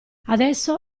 adesso